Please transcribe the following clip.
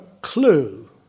clue